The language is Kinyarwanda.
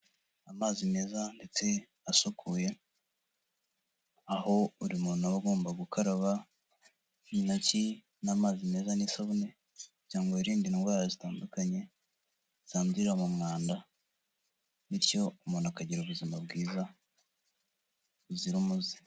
Amazi meza ndetse asukuye, aho buri muntu aba agomba gukaraba intoki n'amazi meza n'isabune kugira ngo yirinde indwara zitandukanye zandurira mu mwanda, bityo umuntu akagira ubuzima bwiza buzira umuze.